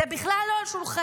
זה בכלל לא על שולחני,